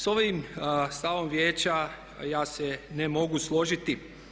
S ovim stavom vijeća ja se ne mogu složiti.